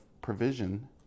provision